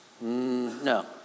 no